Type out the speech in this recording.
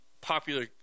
popular